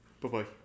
Bye-bye